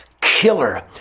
killer